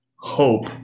Hope